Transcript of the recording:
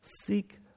Seek